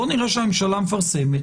בואו נראה שהממשלה מפרסמת.